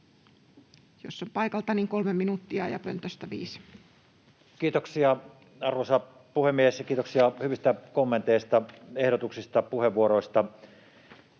Jos on paikalta, niin 3 minuuttia, ja pöntöstä 5 minuuttia. Kiitoksia, arvoisa puhemies! Ja kiitoksia hyvistä kommenteista, ehdotuksista, puheenvuoroista.